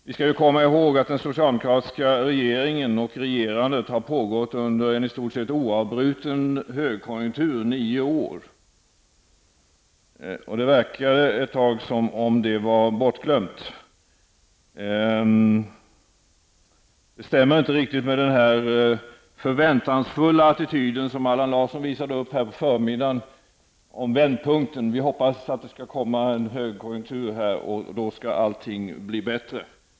Vi skall komma ihåg att det socialdemokratiska regerandet har pågått under i stort sett oavbruten högkonjunktur -- nio år. Det verkade ett tag som om det var bortglömt. Det stämmer inte riktigt med den förväntansfulla attityd som Allan Larsson visade upp på förmiddagen. Han talade om en vändpunkt -- att man hoppas på en högkonjunktur och att allt då skall bli bättre.